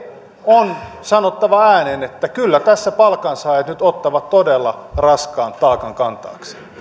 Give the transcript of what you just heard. on sanottava ääneen että kyllä tässä palkansaajat nyt ottavat todella raskaan taakan kantaakseen